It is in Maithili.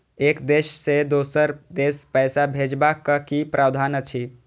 एक देश से दोसर देश पैसा भैजबाक कि प्रावधान अछि??